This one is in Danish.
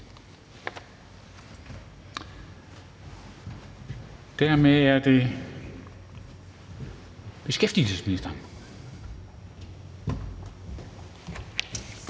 Dermed er det beskæftigelsesministeren.